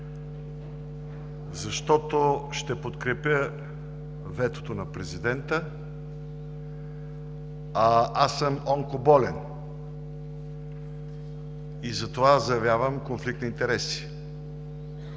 защото ще подкрепя ветото на Президента, а съм онкоболен и затова заявявам конфликт на интереси.